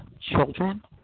children